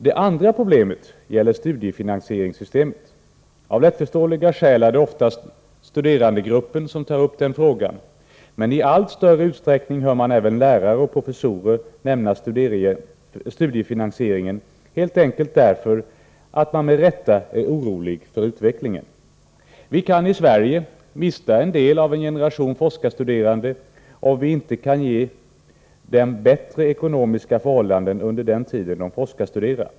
Det andra problemet gäller studiefinansieringssystemet. Av lättförståeliga skäl är det oftast studerandegruppen som tar upp den frågan. Menii allt större utsträckning hör man även lärare och professorer nämna studiefinansieringen. Det beror helt enkelt på, att man med rätta är orolig för utvecklingen. Vi kan i Sverige mista en del av en generation forskarstuderande om vi inte kan ge dem bättre ekonomiska förhållanden under den tid de forskarstuderar.